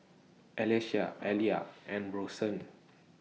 Alecia Aliya and Bronson